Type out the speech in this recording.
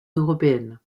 européenne